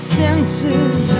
senses